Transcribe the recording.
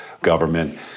government